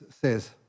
says